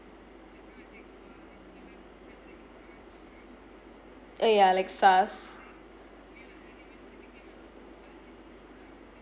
oh yeah like SARS